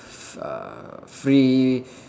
f~ uh free